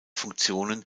funktionen